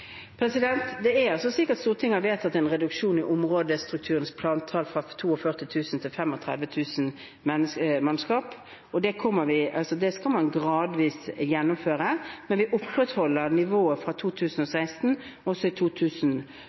Det er slik at Stortinget har vedtatt en reduksjon i områdestrukturens plantall fra 42 000 til 35 000 mannskap. Det skal man gradvis gjennomføre, men vi opprettholder nivået fra 2016 også i